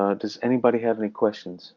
ah does anybody have any questions?